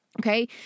Okay